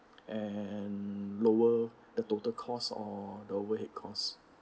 and lower the total cost or the overhead costs